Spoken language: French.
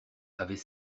avait